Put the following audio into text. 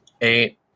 eight